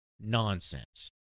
Nonsense